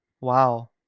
wow